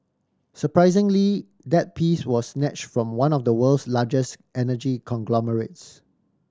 surprisingly that piece was snatch from one of the world's largest energy conglomerates